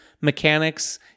mechanics